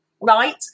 right